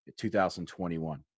2021